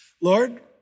Lord